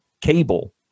cable